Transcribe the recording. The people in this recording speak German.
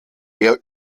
der